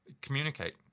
communicate